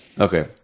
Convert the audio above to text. Okay